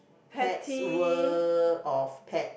pete's world of pets